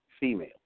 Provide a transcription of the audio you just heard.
female